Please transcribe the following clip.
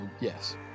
yes